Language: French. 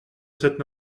cette